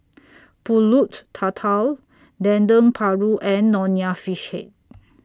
Pulut Tatal Dendeng Paru and Nonya Fish Head